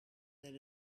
that